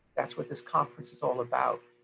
that's what this conference is all about,